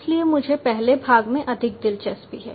इसलिए मुझे पहले भाग में अधिक दिलचस्पी है